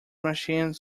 machine